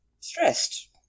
stressed